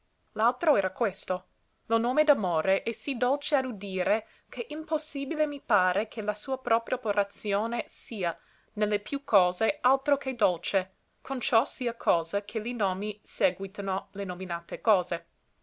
l'altro era questo lo nome d'amore è sì dolce a udire che impossibile mi pare che la sua propria operazione sia ne le più cose altro che dolce con ciò sia cosa che li nomi sèguitino le nominate cose